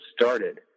started